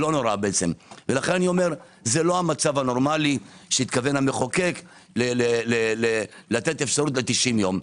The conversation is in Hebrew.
לכן זה לא המצב הנורמלי שהתכוון המחוקק לתת אפשרות ל-90 יום.